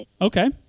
Okay